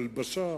הלבשה,